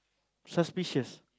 suspicious